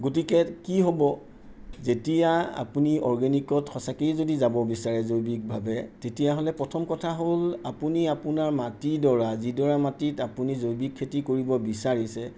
গতিকে কি হ'ব যেতিয়া আপুনি অৰ্গেনিকত সঁচাকেই যদি যাব বিচাৰে জৈৱিকভাৱে তেতিয়াহ'লে প্ৰথম কথা হ'ল আপুনি আপোনাৰ মাটিডৰা যিডৰা মাটিত আপুনি জৈৱিক খেতি কৰিব বিচাৰিছে